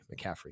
McCaffrey